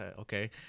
okay